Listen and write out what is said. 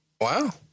Wow